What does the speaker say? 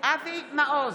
אבי מעוז,